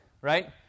right